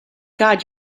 god